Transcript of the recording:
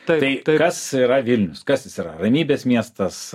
tai kas yra vilnius kas jis yra ramybės miestas